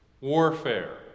warfare